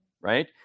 right